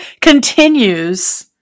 continues